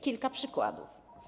Kilka przykładów.